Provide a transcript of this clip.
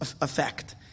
effect